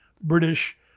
British